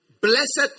Blessed